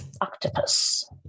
octopus